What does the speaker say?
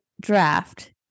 draft